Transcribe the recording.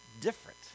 different